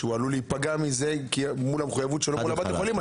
שעלול להיפגע מזה מול המחויבות שלו מול בתי החולים.